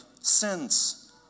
sins